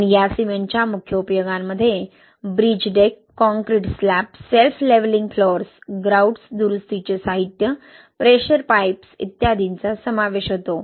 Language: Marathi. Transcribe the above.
आणि या सिमेंटच्या मुख्य उपयोगांमध्ये bridge deck concrete slab self levelling floors grouts दुरुस्तीचे साहित्य प्रेशर पाईप्स इत्यादींचा समावेश होतो